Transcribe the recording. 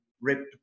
ripped